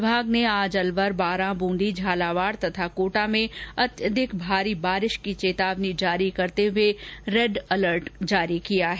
विभाग ने आज अलवर बारा ब्रूंदी झालावाड़ तथा कोटा में अत्यधिक भारी वर्षा की चेतावनी जारी करते हुए रेड अलर्ट जारी किया है